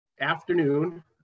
afternoon